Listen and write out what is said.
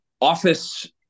office